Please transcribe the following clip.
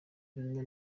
bimwe